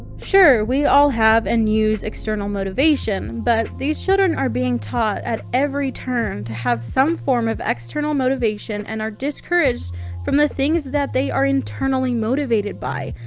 sure, we all have and use external motivation, but these children are being taught at every turn to have some form of external motivation and are discouraged from the things that they are internally motivated by,